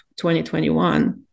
2021